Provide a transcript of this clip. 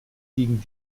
gegen